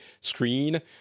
screen